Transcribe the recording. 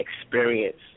experience